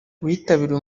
witabiriye